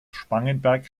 spangenberg